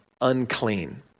unclean